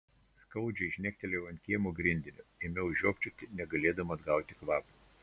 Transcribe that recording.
skaudžiai žnektelėjau ant kiemo grindinio ėmiau žiopčioti negalėdama atgauti kvapo